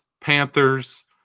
Panthers